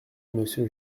monsieur